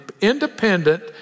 independent